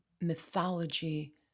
mythology